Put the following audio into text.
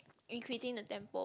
increasing the tempo